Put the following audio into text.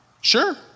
Sure